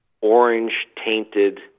orange-tainted